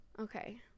Okay